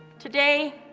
today,